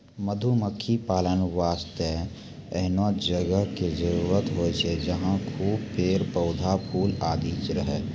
मधुमक्खी पालन वास्तॅ एहनो जगह के जरूरत होय छै जहाँ खूब पेड़, पौधा, फूल आदि रहै